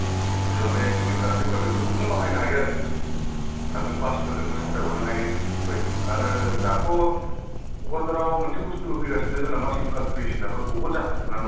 जेनेबा बे फ्लिपकार्ट टिपकार्ट बेफोरखौबो नों बाहायनो हायो आरो आरो नों बासफोरजोंबो साप्लाइ हरनो हायो बेफोरबादि आरो दाथ' कक्राझाराव मोनसे बस्तु फैगासिनो जोंना मासरुम कालटिभेसनाबो बहुत जाखांफुना दं दा